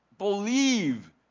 believe